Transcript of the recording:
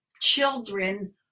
children